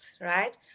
right